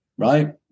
Right